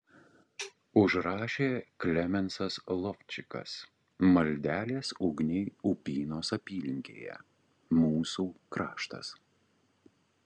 užrašė klemensas lovčikas maldelės ugniai upynos apylinkėje mūsų kraštas